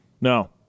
No